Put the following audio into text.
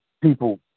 people